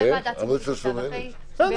אחרי ועדה שדנה בזה,